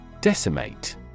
Decimate